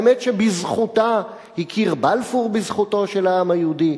האמת שבזכותה הכיר בלפור בזכותו של העם היהודי,